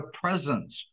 presence